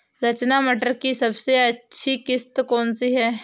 रचना मटर की सबसे अच्छी किश्त कौन सी है?